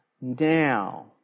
now